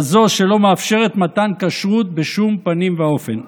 כזו שלא מאפשרת מתן כשרות בשום פנים ואופן.